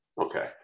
Okay